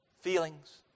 feelings